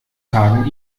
tagen